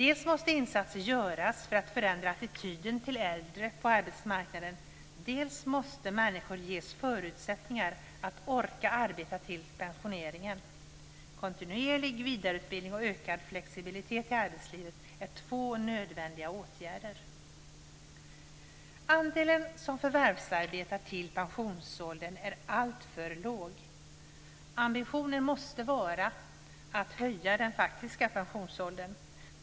Dels måste insatser göras för att förändra attityden till äldre på arbetsmarknaden. Dels måste människor ges förutsättningar att orka arbeta fram till pensioneringen. Kontinuerlig vidareutbildning och ökad flexibilitet i arbetslivet är två nödvändiga åtgärder. Andelen förvärvsarbetande fram till pensionsåldern är alltför liten. Ambitionen måste vara att höja den faktiska pensionsåldern.